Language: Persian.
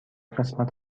قسمت